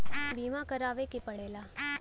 बीमा करावे के पड़ेला